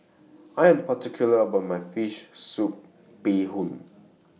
I Am particular about My Fish Soup Bee Hoon